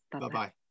bye-bye